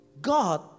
God